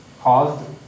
caused